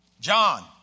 John